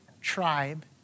tribe